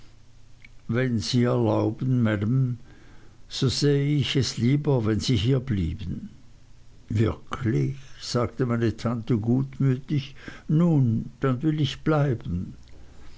wenn sie erlauben maam so sähe ich es lieber wenn sie hier blieben wirklich sagte meine tante gutmütig nun dann will ich bleiben